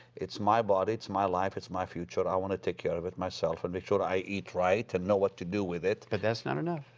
it's my body. it's my life. it's my future. i want to take care of it myself and make sure i eat right and know what to do with it. but that's not enough.